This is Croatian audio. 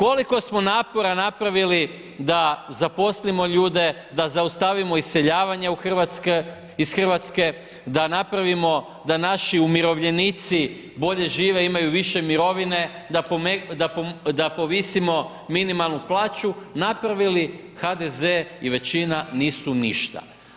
Koliko smo napora napravili da zaposlimo ljude, da zaustavimo iseljavanje u Hrvatske, iz Hrvatske, da napravimo da naši umirovljenici bolje žive i imaju više mirovine, da povisimo minimalnu plaću, napravili, HDZ i većina nisu ništa